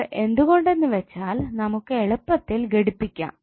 ഇത് എന്തുകൊണ്ടെന്ന് വെച്ചാൽ നമുക്ക് എളുപ്പത്തിൽ ഘടിപ്പിക്കാം